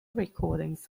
recordings